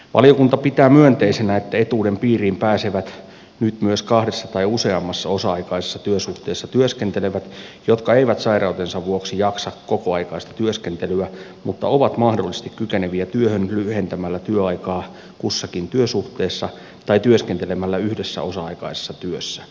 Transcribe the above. valiokunta pitää myönteisenä että etuuden piiriin pääsevät nyt myös kahdessa tai useammassa osa aikaisessa työsuhteessa työskentelevät jotka eivät sairautensa vuoksi jaksa kokoaikaista työskentelyä mutta ovat mahdollisesti kykeneviä työhön lyhentämällä työaikaa kussakin työsuhteessa tai työskentelemällä yhdessä osa aikaisessa työssä